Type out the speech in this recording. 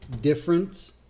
difference